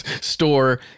store